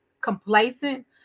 complacent